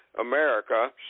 America—